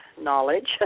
Knowledge